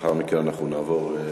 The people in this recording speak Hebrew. לאחר מכן נעבור להצבעה.